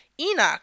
Enoch